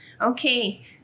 Okay